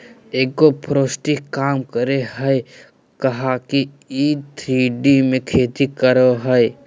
agroforestry काम करेय हइ काहे कि इ थ्री डी में खेती करेय हइ